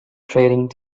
trading